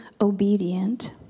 obedient